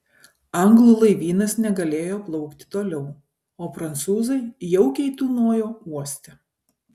anglų laivynas negalėjo plaukti toliau o prancūzai jaukiai tūnojo uoste